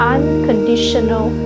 Unconditional